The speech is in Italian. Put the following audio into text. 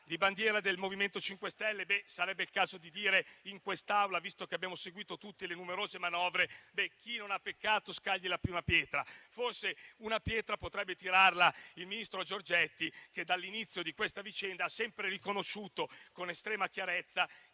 di bandiera del MoVimento 5 Stelle, sarebbe il caso di dire in quest'Aula, visto che abbiamo seguito tutte le numerose manovre: chi non ha peccato scagli la prima pietra. Forse una pietra potrebbe tirarla il ministro Giorgetti, che dall'inizio di questa vicenda ha sempre riconosciuto con estrema chiarezza